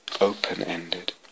open-ended